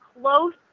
close